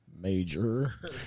Major